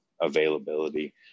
availability